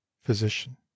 Physician